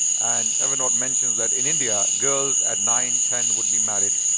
and thevenot mentions that in india girls at nine ten would be married.